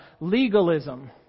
legalism